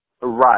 Right